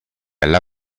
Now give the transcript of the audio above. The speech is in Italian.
alla